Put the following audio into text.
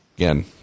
Again